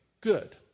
good